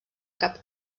cap